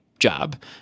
job